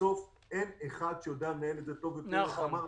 בסוף אין אחד שיודע לנהל את זה טוב יותר כפי שאמרת,